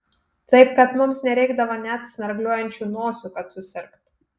taip kad mums nereikdavo net snargliuojančių nosių kad susirgt